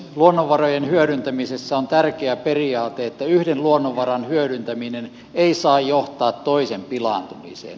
luonnonvarojen hyödyntämisessä on tärkeä periaate että yhden luonnonvaran hyödyntäminen ei saa johtaa toisen pilaantumiseen